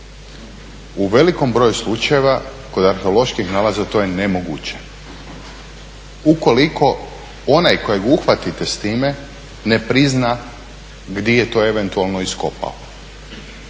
U velikom broju slučajeva kod arheoloških nalaza to je nemoguće. Ukoliko onaj kojeg uhvatite s time ne prizna gdje je to eventualno iskopao